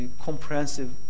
comprehensive